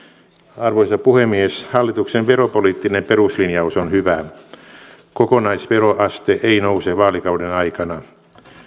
arvoisa puhemies hallituksen veropoliittinen peruslinjaus on hyvä kokonaisveroaste ei nouse vaalikauden aikana